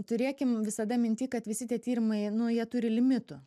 turėkim visada minty kad visi tie tyrimai nu jie turi limitų